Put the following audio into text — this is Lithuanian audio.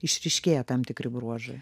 išryškėja tam tikri bruožai